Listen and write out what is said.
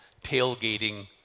tailgating